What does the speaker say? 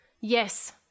yes